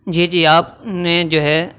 جی جی آپ نے جو ہے